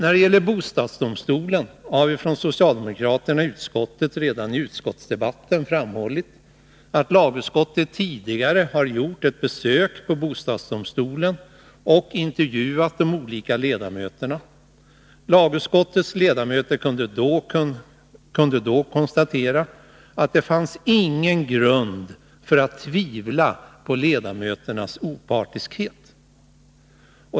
Beträffande bostadsdomstolen har vi från socialdemokraterna i utskottet redan i utskottsdebatten framhållit att lagutskottet tidigare har gjort ett besök på bostadsdomstolen och intervjuat de olika ledamöterna. Lagutskottets ledamöter kunde då konstatera att det inte fanns någon grund för tvivel på ledamöternas opartiskhet.